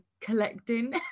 collecting